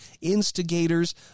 instigators